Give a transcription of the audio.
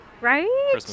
right